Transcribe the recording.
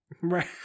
Right